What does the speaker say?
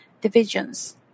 divisions